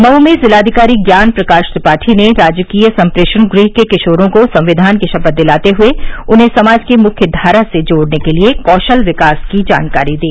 मऊ में जिलाधिकारी ज्ञान प्रकाश त्रिपाठी ने राजकीय सम्प्रेक्षण गृह के किशारों को संविधान की शपथ दिलाते हुए उन्हें समाज की मुख्य धारा से जोड़ने के लिए कौशल विकास की जानकारी दी